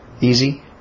Easy